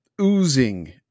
oozing